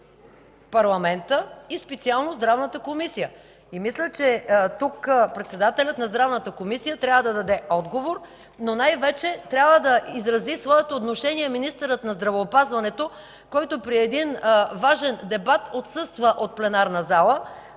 парламента и специално Здравната комисия. Мисля, че тук председателят на Здравната комисия трябва да даде отговор, но най-вече трябва да изрази своето отношение министърът на здравеопазването, който при такъв важен дебат отсъства от пленарната зала.